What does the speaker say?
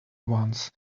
ones